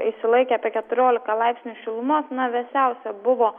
išsilaikė apie keturiolika laipsnių šilumos vėsiausia buvo